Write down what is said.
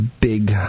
big